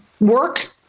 Work